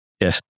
Yes